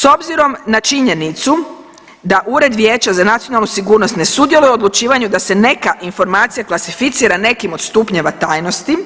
S obzirom na činjenicu da Ured vijeća za nacionalnu sigurnost ne sudjeluje u odlučivanju da se neka informacija klasificira nekim od stupnjeva tajnosti